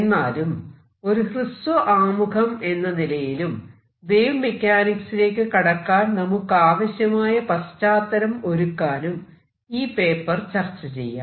എന്നാലും ഒരു ഹ്രസ്വ ആമുഖം എന്ന നിലയിലും വേവ് മെക്കാനിക്സിലേക്ക് കടക്കാൻ നമുക്കാവശ്യമായ പശ്ചാത്തലം ഒരുക്കാനും ഈ പേപ്പർ ചർച്ച ചെയ്യാം